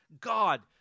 God